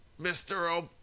Mr